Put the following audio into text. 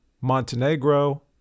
Montenegro